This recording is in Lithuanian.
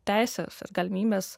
teisės ir galimybės